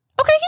Okay